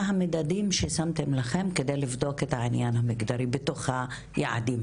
המדדים ששמתם לכם כדי לבדוק את הענין המגדרי בתוך היעדים.